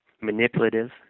manipulative